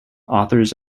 authors